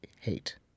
hate